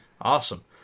Awesome